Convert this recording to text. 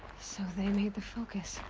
so they made the focus.